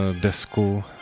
desku